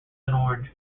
orange